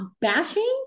bashing